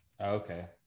Okay